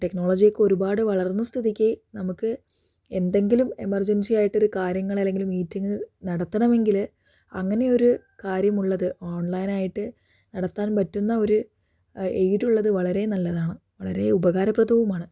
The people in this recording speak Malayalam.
ടെക്നോളജി ഒക്കെ ഒരുപാട് വളർന്ന സ്ഥിതിക്ക് നമുക്ക് എന്തെങ്കിലും എമർജൻസി ആയിട്ട് ഒരു കാര്യങ്ങൾ അല്ലെങ്കിൽ മീറ്റിംഗ് നടത്തണമെങ്കിൽ അങ്ങനെ ഒരു കാര്യമുള്ളത് ഓൺലൈൻ ആയിട്ട് നടത്താൻ പറ്റുന്ന ഒരു എയ്ഡ് ഉള്ളത് വളരെ നല്ലതാണ് വളരെ ഉപകാരപ്രദവുമാണ്